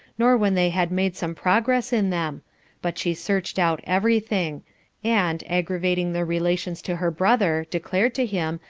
nor when they had made some progress in them but she searched out every thing and, aggravating the relations to her brother, declared to him,